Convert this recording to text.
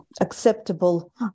acceptable